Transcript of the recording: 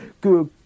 que